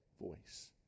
voice